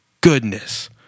Goodness